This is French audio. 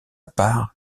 part